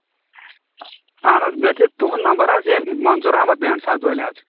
اَہَن حظ مےٚ دیُت تُہُنٛد نَمبر حظ ییٚمۍ مَنظوٗر احمد بینٛڈساز وٲلۍ حظ